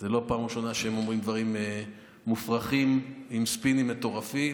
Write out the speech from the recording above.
זו לא פעם ראשונה שהם אומרים דברים מופרכים עם ספינים מטורפים,